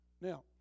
Now